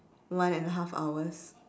one and a half hours